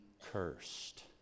cursed